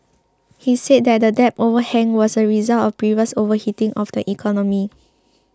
he said that the debt overhang was a result of previous overheating of the economy